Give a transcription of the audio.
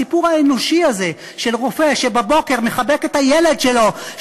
הסיפור האנושי הזה של רופא שבבוקר מחבק את הילד שלו,